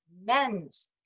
men's